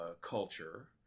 culture